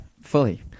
fully